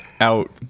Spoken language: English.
out